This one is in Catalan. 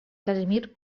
casimir